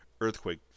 Earthquake